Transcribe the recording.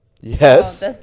Yes